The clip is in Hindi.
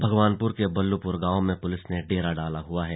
भगवानपुर के बल्लूपुर गांव में पुलिस ने डेरा डाला हुआ है